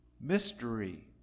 mystery